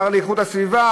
השר להגנת הסביבה,